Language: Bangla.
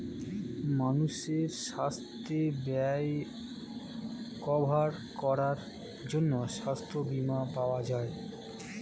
মানুষের সাস্থের ব্যয় কভার করার জন্যে সাস্থ বীমা পাওয়া যায়